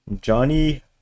Johnny